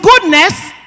goodness